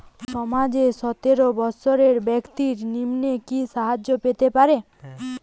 সমাজের সতেরো বৎসরের ব্যাক্তির নিম্নে কি সাহায্য পেতে পারে?